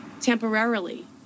Temporarily